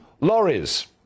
lorries